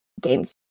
games